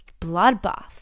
bloodbath